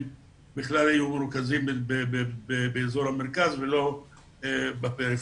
הם היו מרוכזים באזור המרכז ולא בפריפריה,